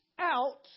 out